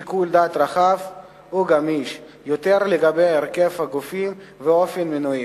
שיקול דעת רחב וגמיש יותר לגבי הרכב הגופים ואופן מינוים.